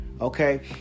Okay